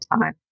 time